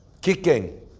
Kicking